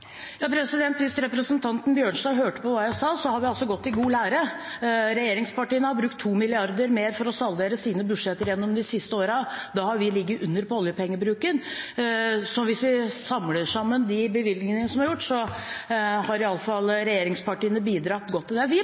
Hvis representanten Bjørnstad hørte på hva jeg sa, har vi altså gått i god lære. Regjeringspartiene har brukt 2 mrd. kr mer for å saldere sine budsjetter gjennom de siste årene. Da har vi ligget under på oljepengebruken. Hvis vi samler sammen de bevilgningene som er gjort, har iallfall regjeringspartiene bidratt godt. Vi mener det er riktig nå, nettopp for å bidra til den grønne omstillingen som vi